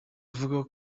avuga